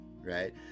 right